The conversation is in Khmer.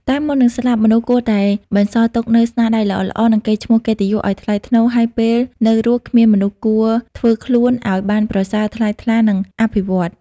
តែមុននឹងស្លាប់មនុស្សគួរតែបន្សល់ទុកនូវស្នាដៃល្អៗ និងកេរ្តិ៍ឈ្មោះកិត្តិយសឲ្យថ្លៃថ្នូរហើយពេលនៅរស់គ្មានមនុស្សគួរធ្វើខ្លួនអោយបានប្រសើរថ្លៃថ្លានិងអភិវឌ្ឍន៍ ។